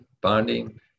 bonding